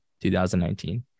2019